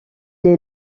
est